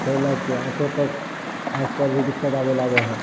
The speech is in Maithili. ताहि लएके आँखियोपर आँखिपर दिक्कत आबे लागै हय